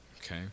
okay